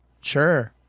Sure